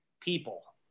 people